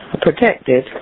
protected